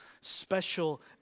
special